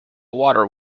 water